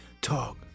talk